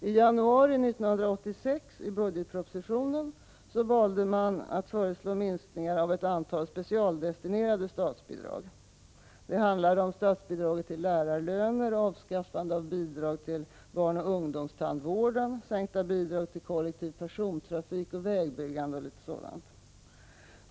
I januari 1986, i budgetpropositionen, valde man att föreslå minskningar av ett antal specialdestinerade statsbidrag. Det handlade om sänkning av statsbidraget till lärarlöner, avskaffande av bidraget till barnoch ungdoms tandvården, sänkta bidrag till kollektiv persontrafik och vägbyggande och litet sådant.